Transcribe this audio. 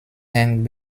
eng